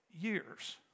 years